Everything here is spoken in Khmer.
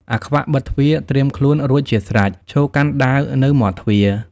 អាខ្វាក់ បិទទ្វារត្រៀមខ្លួនរួចជាស្រេច ឈរកាន់ដាវនៅមាត់ទ្វារ។